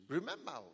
Remember